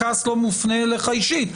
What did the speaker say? הכעס לא מופנה אליך אישית,